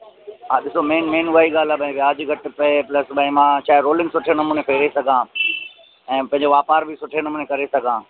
हा ॾिसो मेन मेन उहा ई ॻाल्हि आहे त व्याजु घटि पए प्लस भई मां चाहे रोलिंग सुठे नमूने करे सघां ऐं पंहिंजो वापारु बि सुठे नमूने करे सघां